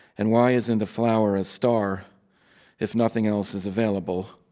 and why isn't a flower a star if nothing else is available?